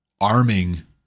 arming